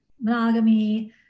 monogamy